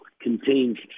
contains